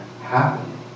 happening